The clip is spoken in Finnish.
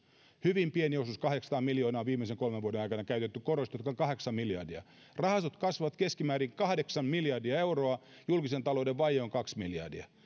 hyvin pieni osuus kahdeksansataa miljoonaa viimeisen kolmen vuoden aikana on käytetty koroista jotka ovat kahdeksan miljardia rahastot kasvavat keskimäärin kahdeksan miljardia euroa julkisen talouden vaje on kaksi miljardia